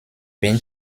been